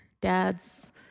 dads